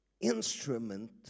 instrument